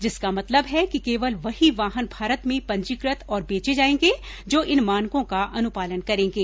जिसका मतलब है कि केवल वही वाहन भारत में पंजीकृत और बेचे जाएंगे जो इन मानकों का अनुपालन करेंगे